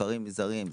מספרים מזעריים,